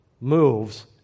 moves